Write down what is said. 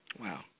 Wow